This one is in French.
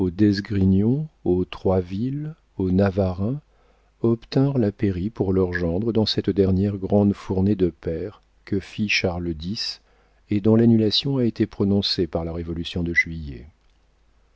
aux troisville aux navarreins obtinrent la pairie pour leur gendre dans cette dernière grande fournée de pairs que fit charles x et dont l'annulation a été prononcée par la révolution de juillet